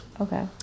Okay